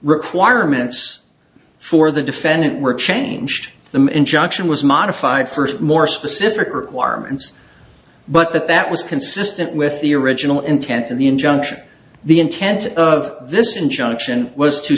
requirements for the defendant were changed the injunction was modified first more specific requirements but that that was consistent with the original intent of the injunction the intent of this injunction was to